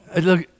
Look